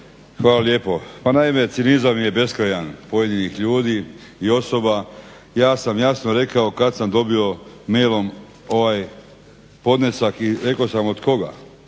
Hvala lijepo. Pa naime, cinizam je beskrajan pojedinih ljudi i osoba. Ja sam jasno rekao kad sam dobio mailom ovaj podnesak i rekao sam od koga,